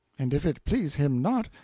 and if it please him not,